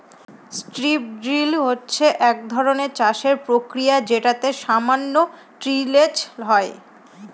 strip drill হচ্ছে এক ধরনের চাষের প্রক্রিয়া যেটাতে সামান্য টিলেজ হয়